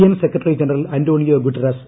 N secretary general Antonio Guterres